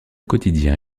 quotidien